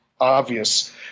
obvious